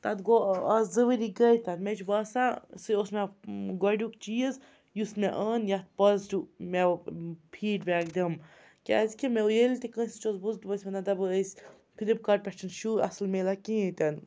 تَتھ گوٚو آز زٕ ؤری گٔے تَتھ مےٚ چھِ باسان سُہ اوس مےٚ گۄڈٕنیُک چیٖز یُس مےٚ اون یَتھ پازٹِو مےٚ وۄںۍ فیٖڈ بیک دِمہٕ کیٛازِکہِ مےٚ ییٚلہِ تہِ کٲنٛسہِ نِش اوس بوٗزمُت تِم ٲسۍ وَنان دَپان أسۍ فِلِپکاٹ پٮ۪ٹھ چھِنہٕ شوٗ اَصٕل مِلان کِہیٖنۍ تہِ نہٕ